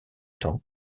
temps